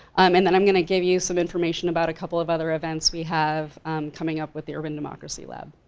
um and then i'm gonna give you some information about a couple of other events we have coming up with the urban democracy lab.